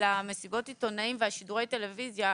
על מסיבות העיתונאים ועל שידורי הטלוויזיה,